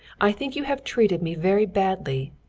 i think you have treated me very badly.